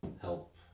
Help